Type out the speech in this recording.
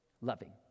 loving